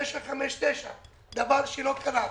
מהסכום בהחלטה 959. דבר זה לא קרה.